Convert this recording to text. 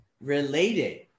related